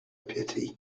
pity